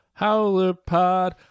howlerpod